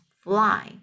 fly